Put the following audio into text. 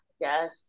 Yes